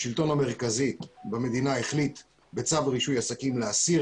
השלטון המרכזי במדינה החליט בצו רישוי עסקים להסיר